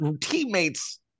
teammates